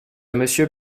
monsieur